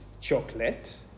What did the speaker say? chocolate